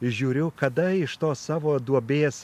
žiūriu kada iš tos savo duobės